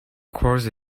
course